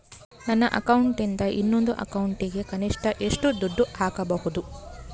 ನನ್ನ ಅಕೌಂಟಿಂದ ಇನ್ನೊಂದು ಅಕೌಂಟಿಗೆ ಕನಿಷ್ಟ ಎಷ್ಟು ದುಡ್ಡು ಹಾಕಬಹುದು?